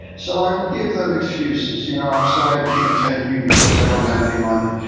so i would give them excuses. you know i'm sorry i can't take you, because i don't have any money.